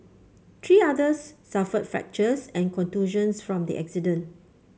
three others suffered fractures and contusions from the accident